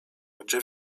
gdzie